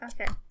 okay